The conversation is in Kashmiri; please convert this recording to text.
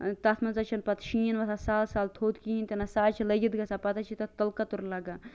تتھ مَنٛز حظ چھُ نہ پتہٕ شیٖن وسان سہل سہل تھوٚد کِہیٖنۍ تہِ نہٕ سُہ حظ چھ لٔگِتھ گَژھان پتہٕ حظ چھ تتھ تُل کَتُر لَگان